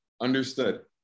Understood